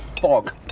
fog